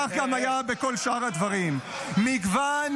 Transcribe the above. כך גם היה בכל שאר הדברים.- --- מגוון